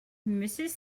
mrs